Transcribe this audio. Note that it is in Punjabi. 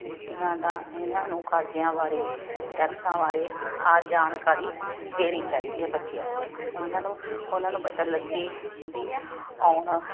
ਨੀਤੀਆਂ ਦਾ ਇਹਨਾਂ ਨੂੰ ਕਰਜਿਆਂ ਬਾਰੇ ਟੈਕਸਾਂ ਬਾਰੇ ਆ ਜਾਣਕਾਰੀ ਦੇਣੀ ਚਾਹੀਦੀ ਹੈ ਬੱਚਿਆਂ ਨੂੰ ਇਹਨਾਂ ਨੂੰ ਉਹਨਾਂ ਨੂੰ ਪਤਾ ਲੱਗੇ ਵੀ ਆਉਣ